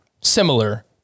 similar